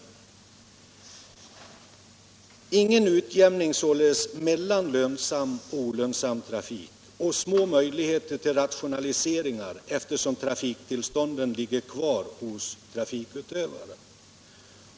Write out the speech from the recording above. Det blir således ingen utjämning mellan lönsam och olönsam trafik och små möjligheter till rationaliseringar, eftersom trafiktillstånden ligger kvar hos trafikutövarna.